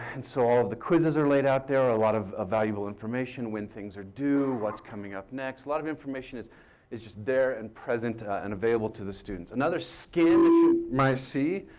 and so all of the quizzes are laid out there, a lot of ah valuable information, when things are due, what's coming up next. a lot of information is is just there and present and available to the students. another skin you might see